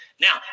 Now